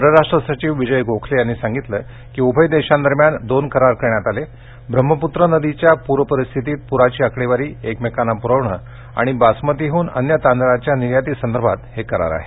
परराष्ट्र सचिव विजय गोखले यांनी सांगितलं की उभय देशांदरम्यान दोन करार करण्यात आले ब्रह्मपुत्रा नदीच्या पूर परिस्थितीत पुराची आकडेवारी परस्परांना पुरवणे आणि बासमतीहन अन्य तांदळाच्या निर्याती संदर्भात हे करार आहेत